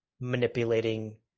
manipulating